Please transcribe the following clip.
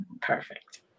Perfect